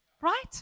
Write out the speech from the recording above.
right